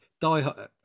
Die